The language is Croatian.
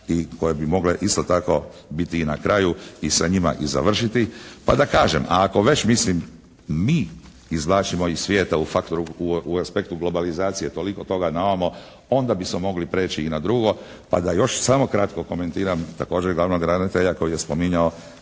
i koje bi mogle isto tako biti i na kraju i sa njima i završiti. Pa da kažem, ako već mislim mi izvlačimo iz svijeta u aspektu globalizacije toliko toga na ovamo, onda bismo mogli prijeći i na drugo pa da još samo kratko komentiram također glavnog ravnatelja koji je spominjao